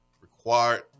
required